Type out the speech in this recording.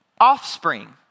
offspring